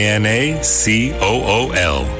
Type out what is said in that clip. Anacool